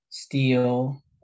Steel